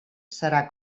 serà